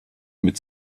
mit